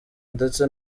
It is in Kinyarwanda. ndetse